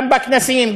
גם בכנסים,